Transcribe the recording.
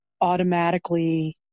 automatically